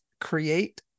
create